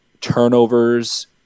turnovers